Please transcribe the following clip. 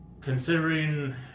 Considering